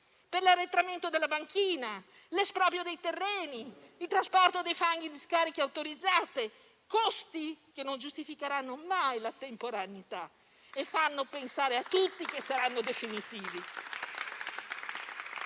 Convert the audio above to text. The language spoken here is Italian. per l'arretramento della banchina, per l'esproprio dei terreni, per il trasporto dei fanghi in discariche autorizzate: costi che non giustificheranno mai la temporaneità e fanno pensare a tutti che saranno definitivi.